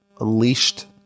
unleashed